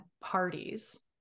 parties